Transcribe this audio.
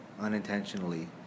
unintentionally